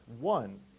one